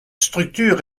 structure